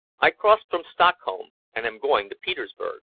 i crossed from stockholm, and am going to petersburg.